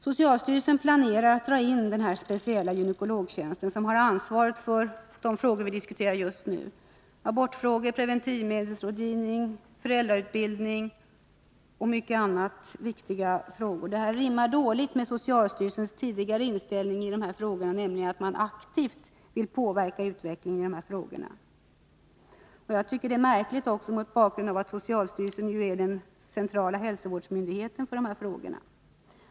Socialstyrelsen planerar att dra in tjänsten för den speciella gynekolog som har ansvaret för de frågor vi nu diskuterar, dvs. abortfrågor, preventivmedelsrådgivning, föräldrautbildning och många andra viktiga frågor. Detta rimmar dåligt med socialstyrelsens tidigare inställning, nämligen att man aktivt vill påverka utvecklingen på det här området. Det är också märkligt mot bakgrund av att socialstyrelsen är den centrala hälsovårdsmyndigheten när det gäller dessa frågor.